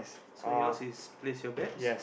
so your's place your bets